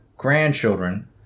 grandchildren